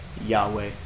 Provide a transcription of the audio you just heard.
Yahweh